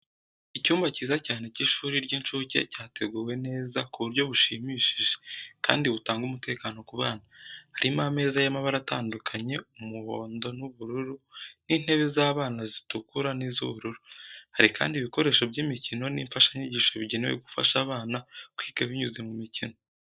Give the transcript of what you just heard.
Icyumba cyiza cyane cy’ishuri ry’incuke cyateguwe neza ku buryo bushimishije kandi butanga umutekano ku bana. Harimo ameza y’amabara atandukanye, umuhondo n’ubururu, n’intebe z’abana zitukura n’iz’ubururu. Hari kandi ibikoresho by’imikino n’imfashanyigisho bigenewe gufasha abana kwiga binyuze mu mikino.